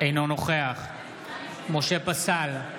אינו נוכח משה פסל,